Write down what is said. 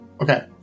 Okay